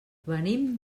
venim